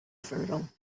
fertile